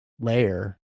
layer